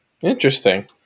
Interesting